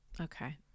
okay